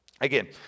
Again